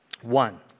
One